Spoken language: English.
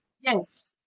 Yes